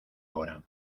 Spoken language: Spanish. ahora